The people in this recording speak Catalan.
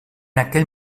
aquell